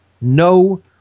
No